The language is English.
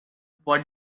what